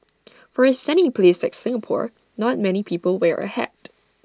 for A sunny place like Singapore not many people wear A hat